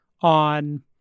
on